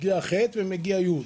מגיע פלוני ומגיע אלמוני.